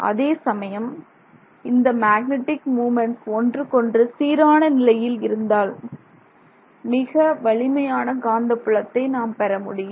அதேசமயம் இந்த magnetic moments ஒன்றுக்கொன்று சீரான நிலையில் இருந்தால் மிக வலிமையான காந்த புலத்தை நாம் பெற முடியும்